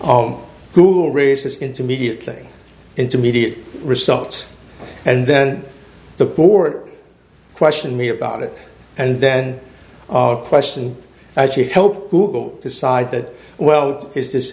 google raises intermediate thing intermediate results and then the board question me about it and then question actually help google decide that well is this